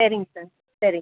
சரிங்க சார் சரிங்க